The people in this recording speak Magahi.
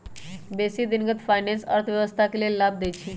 बेशी दिनगत फाइनेंस अर्थव्यवस्था के लेल लाभ देइ छै